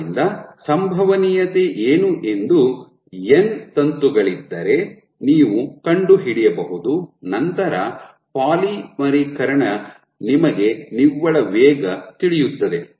ಆದ್ದರಿಂದ ಸಂಭವನೀಯತೆ ಏನು ಎಂದು ಎನ್ ತಂತುಗಳಿದ್ದರೆ ನೀವು ಕಂಡುಹಿಡಿಯಬಹುದು ನಂತರ ನಿಮಗೆ ಪಾಲಿಮರೀಕರಣದ ನಿವ್ವಳ ವೇಗ ತಿಳಿಯುತ್ತದೆ